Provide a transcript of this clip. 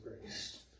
grace